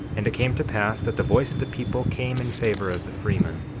and it came to pass that the voice of the people came in favor of the freemen,